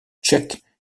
tchèque